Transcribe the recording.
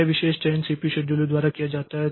यह विशेष चयन सीपीयू शेड्यूलर द्वारा किया जाता है